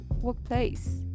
workplace